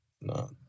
No